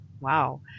Wow